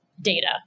data